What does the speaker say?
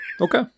okay